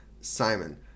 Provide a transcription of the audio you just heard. Simon